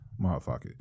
motherfucker